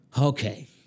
okay